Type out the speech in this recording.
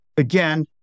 Again